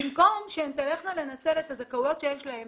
במקום שהן תלכנה לנצל את הזכאויות שיש להן,